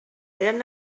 eren